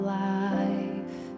life